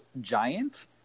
giant